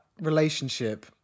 relationship